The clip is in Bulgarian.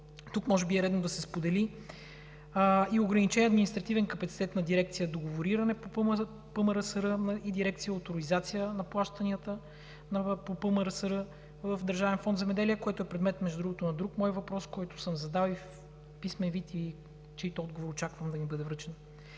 Тук може би е редно да се сподели и ограниченият административен капацитет на дирекция „Договориране по ПМРСР“ и дирекция „Оторизация на плащанията по ПМРСР“ в Държавен фонд „Земеделие“, което е предмет на друг мой въпрос, който съм задал в писмен вид и чийто отговор очаквам да ми бъде връчен.